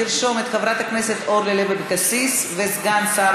לרשום את חברת הכנסת אורלי לוי אבקסיס וסגן שר